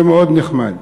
זה מאוד נחמד.